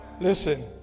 Listen